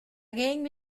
game